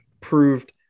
proved